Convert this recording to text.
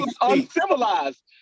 uncivilized